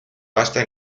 pasta